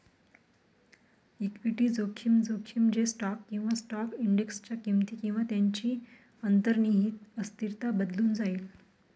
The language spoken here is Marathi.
इक्विटी जोखीम, जोखीम जे स्टॉक किंवा स्टॉक इंडेक्सच्या किमती किंवा त्यांची अंतर्निहित अस्थिरता बदलून जाईल